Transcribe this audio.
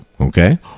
Okay